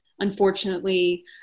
unfortunately